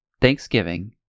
Thanksgiving